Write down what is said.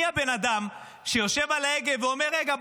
מי הבן אדם שיושב על ההגה ואומר: רגע,